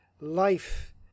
life